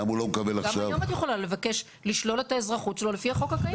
גם היום את יכולה לבקש לשלול את האזרחות שלו לפי החוק הקיים.